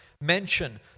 mention